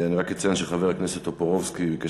אני רק אציין שחבר הכנסת טופורובסקי ביקש